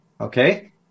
Okay